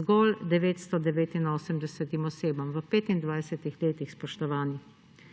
zgolj 989 osebam. V 25-ih letih, spoštovani!